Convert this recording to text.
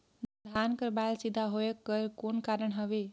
धान कर बायल सीधा होयक कर कौन कारण हवे?